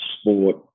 sport